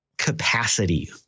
capacity